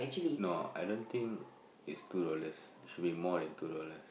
no I don't think is two dollars it should be more than two dollar